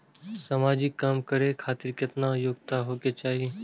समाजिक काम करें खातिर केतना योग्यता होके चाही?